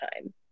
time